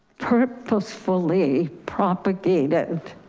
purposefully propagated